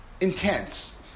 intense